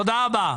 תודה רבה.